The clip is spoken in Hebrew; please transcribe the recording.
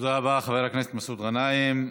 תודה רבה, חבר הכנסת מסעוד גנאים.